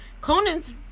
Conan's